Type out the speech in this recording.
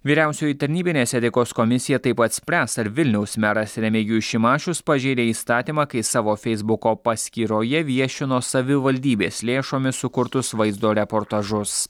vyriausioji tarnybinės etikos komisija taip pat spręs ar vilniaus meras remigijus šimašius pažeidė įstatymą kai savo feisbuko paskyroje viešino savivaldybės lėšomis sukurtus vaizdo reportažus